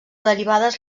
derivades